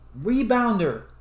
rebounder